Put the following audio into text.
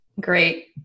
Great